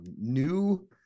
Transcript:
New